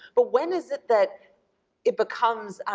but when is it that it becomes